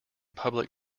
public